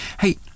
Hey